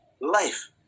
life